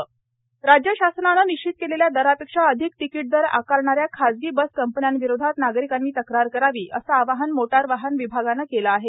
खाजगी बस तिकीटदर राज्य शासनानं निश्चित केलेल्या दरापेक्षा अधिक तिकीटदर आकारणाऱ्या खाजगी बस कंपन्याविरोधात नागरिकांनी तक्रार करावी असं आवाहन मोटार वाहन विभागानं केलं आहे